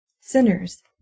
sinners